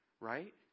right